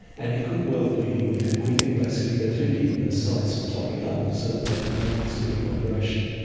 and it could well be, we think we think basically they're feeding in those sites and topping up so that they make this big migration.